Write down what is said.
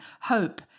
hope